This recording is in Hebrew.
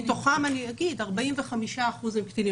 מתוכם 45% הם קטינים.